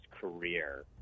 career